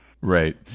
Right